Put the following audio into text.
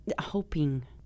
hoping